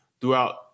throughout